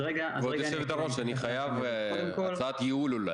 כבוד יושבת-הראש, אני חייב הצעת ייעול.